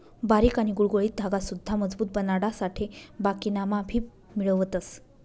बारीक आणि गुळगुळीत धागा सुद्धा मजबूत बनाडासाठे बाकिना मा भी मिळवतस